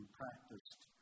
practiced